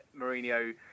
Mourinho